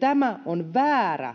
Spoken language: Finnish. tämä on väärä